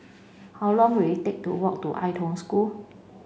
how long will it take to walk to Ai Tong School